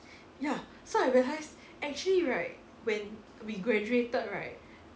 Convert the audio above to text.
ya so I realised actually right when we graduated right